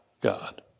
God